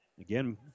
again